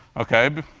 ok?